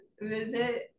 visit